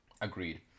Agreed